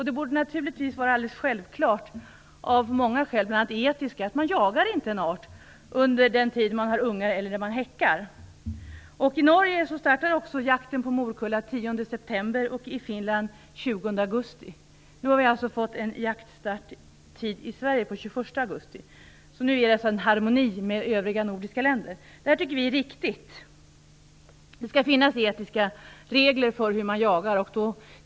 Det borde naturligtvis vara alldeles självklart av många skäl, bl.a. etiska, att man inte jagar en art under den tid den har ungar eller häckar. I Norge startar jakten på morkulla den 10 september och i Finland den 20 augusti. Nu har vi i Sverige fått jaktstarten förlagd till den 21 augusti. Nu finns det en harmoni med övriga nordiska länder. Vi tycker att det är riktigt. Det skall finnas etiska regler för hur man jagar.